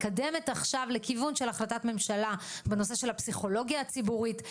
מקדמת עכשיו לכיוון של החלטת ממשלה בנושא של הפסיכולוגיה הציבורית.